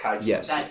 Yes